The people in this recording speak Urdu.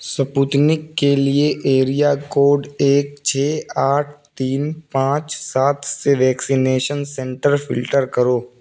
سپوتنک کے لیے ایریا کوڈ ایک چھ آٹھ تین پانچ سات سے ویکسینیشن سنٹر فلٹر کرو